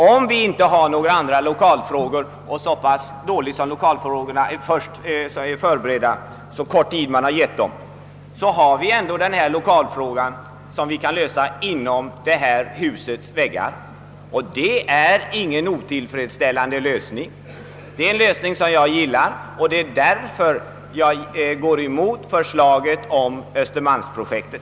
Om vi inte har några andra lokalalternativ — så pass dåligt som lokalfrågorna är förberedda och så kort tid som anslagits för deras lösning — kan vi ändå vara kvar i våra nuvarande lokaler i detta hus, och det är ingen otillfredsställande lösning. Det är därför jag går emot förslaget om östermalmsprojektet.